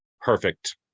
perfect